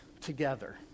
together